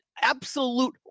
absolute